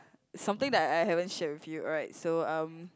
something that I I haven't shared with you alright so um